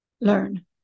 Learn